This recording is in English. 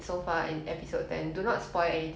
!wow!